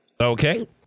Okay